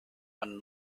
and